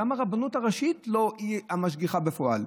גם הרבנות הראשית היא לא המשגיחה בפועל,